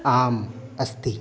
आम् अस्ति